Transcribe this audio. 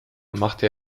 machte